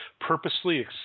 purposely